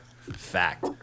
Fact